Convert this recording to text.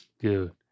good